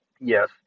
Yes